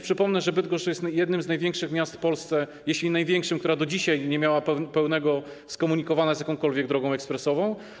Przypomnę, że Bydgoszcz jest jednym z największych miast w Polsce, jeśli nie największym, które do dzisiaj nie mają pełnego skomunikowania z jakąkolwiek drogą ekspresową.